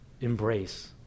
embrace